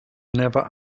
never